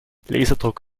laserdruck